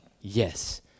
yes